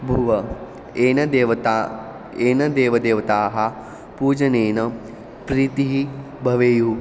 भवति येन देवता येन देवदेवतानां पूजनेन प्रीतिः भवेयु